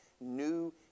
new